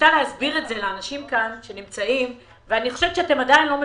ניסתה להסביר את זה לאנשים אבל אני חושבת שאתם עדיין לא מבינים.